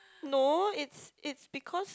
no it's it's because